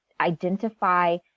identify